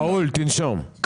ראול, תנשום.